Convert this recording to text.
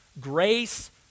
Grace